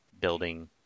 building